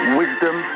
wisdom